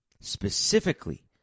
specifically